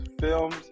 films